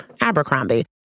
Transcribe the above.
Abercrombie